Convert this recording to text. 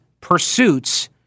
pursuits